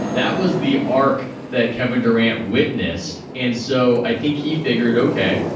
that was the arc that kevin durant witnessed. and so i think he figured, ok,